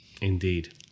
Indeed